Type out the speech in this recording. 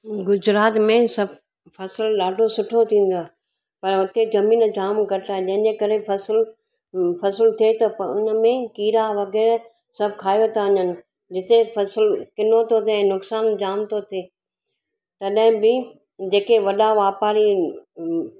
गुजरात में सभु फसल ॾाढो सुठो थींदो आहे पर हुते जमीन जाम घटि आहिनि जंहिंजे करे फसल फसल थिए त उनमें कीरा वग़ैरह सभु खाई था वञनि जिते फसल किनो थो थिए नुक़सान जाम तो थिए तॾहिं बि जेके वॾा वापारी आहिनि